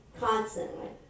Constantly